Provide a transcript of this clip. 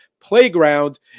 Playground